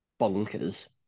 bonkers